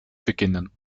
beginnen